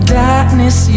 darkness